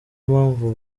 mpamvu